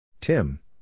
Tim